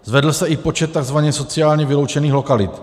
Zvedl se i počet takzvaně sociálně vyloučených lokalit.